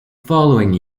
following